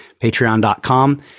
patreon.com